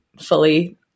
fully